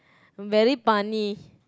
very punny